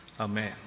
Amen